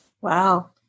Wow